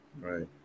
Right